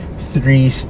three